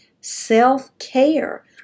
Self-care